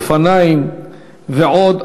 אופניים ועוד,